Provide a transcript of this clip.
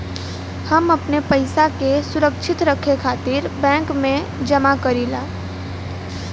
हम अपने पइसा के सुरक्षित रखे खातिर बैंक में जमा करीला